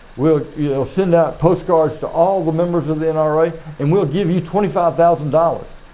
we'll you know send out postcards to all the members of the nra and we'll give you twenty five thousand dollars,